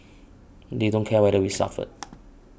they don't care whether we suffer